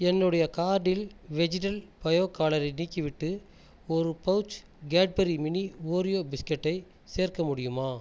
என்னுடைய கார்ட்டில் வெஜிடல் பயோ காலரை நீக்கிவிட்டு ஒரு பவுச் கேட்பரி மினி ஓரியோ பிஸ்கட்டை சேர்க்க முடியுமா